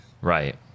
Right